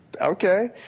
Okay